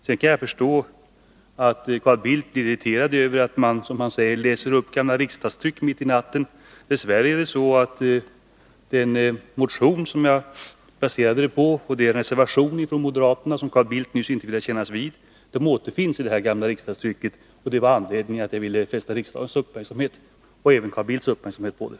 Sedan kan jag förstå att Carl Bildt blir irriterad över att jag, som han säger, läser upp gamla riksdagstryck mitt i natten. Dess värre är det så att den motion som jag baserade mitt resonemang på och den reservation från moderaterna som Carl Bildt nyss inte ville kännas vid återfinns i det gamla riksdagstrycket, och jag ville fästa riksdagens och även Carl Bildts uppmärksamhet på det.